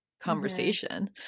conversation